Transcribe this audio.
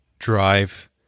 Drive